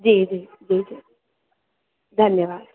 जी जी जी जी धन्यवादु